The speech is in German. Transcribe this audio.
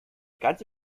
ganze